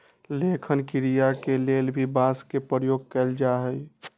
लेखन क्रिया के लेल भी बांस के प्रयोग कैल जाई छई